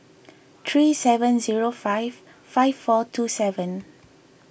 three seven zero five five four two seven